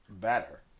better